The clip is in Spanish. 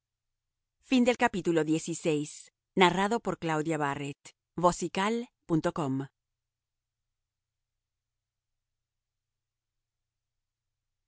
luego el manto